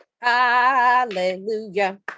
hallelujah